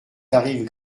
tarifs